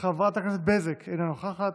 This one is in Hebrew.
חברת הכנסת בזק, אינה נוכחת,